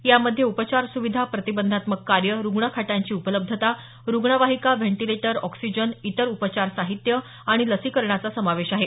यामध्ये उपचार सुविधा प्रतिबंधात्मक कार्य रुग्णखाटांची उपलब्धता रुग्णवाहिका व्हेंटिलेटर ऑक्सिजन इतर उपचार साहित्य आणि लसीकरणाचा समावेश आहे